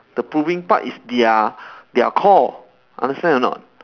the proving part is their their core understand or not